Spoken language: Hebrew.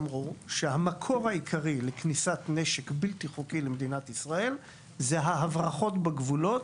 שהמקור העיקרי לכניסת נשק בלתי חוקי למדינת ישראל הוא ההברחות בגבולות,